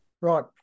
right